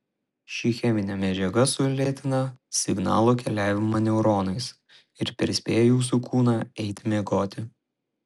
ši cheminė medžiaga sulėtina signalų keliavimą neuronais ir perspėja jūsų kūną eiti miegoti